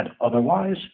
otherwise